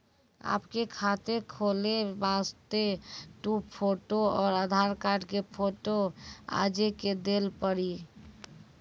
आपके खाते खोले वास्ते दु फोटो और आधार कार्ड के फोटो आजे के देल पड़ी?